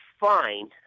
fine